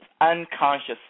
unconscious